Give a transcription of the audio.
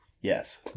Yes